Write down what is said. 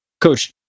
Coach